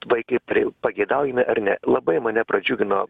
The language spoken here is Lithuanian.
vaikai prie jų pageidaujami ar ne labai mane pradžiugino